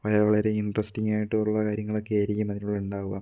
വളരെ വളരെ ഇൻട്രസ്റ്റിങ് ആയിട്ടുള്ള കാര്യാങ്ങളൊക്കെയായിരിക്കും അതിലൂടെയുണ്ടാവുക